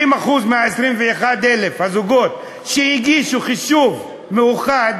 70% מ-21,000 הזוגות שהגישו חישוב מאוחד